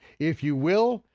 if you will,